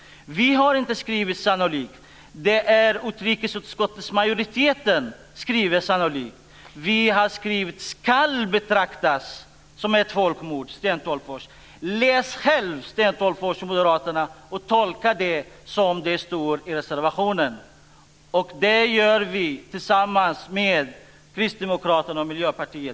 Vi har inte skrivit "sannolikt". Det är utrikesutskottets majoritet som skriver "sannolikt". Vi har skrivit "skall betraktas som folkmord", Sten Tolgfors. Läs själv, Sten Tolgfors och Moderaterna. Tolka det som står i reservationen. Den har vi skrivit tillsammans med Kristdemokraterna och Miljöpartiet.